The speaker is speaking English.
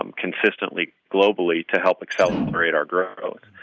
um consistently, globally, to help accelerate our growth?